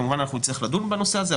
כמובן שנצטרך לדון בנושא הזה,